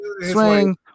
Swing